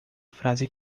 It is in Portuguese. frase